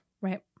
Right